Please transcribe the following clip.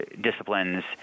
disciplines